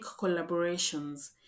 collaborations